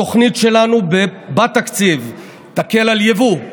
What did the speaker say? התוכנית שלנו בתקציב תקל על יבוא,